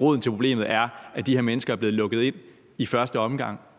Roden til problemet er, at de her mennesker er blevet lukket ind i første omgang,